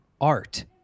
art